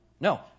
No